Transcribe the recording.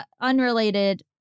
unrelated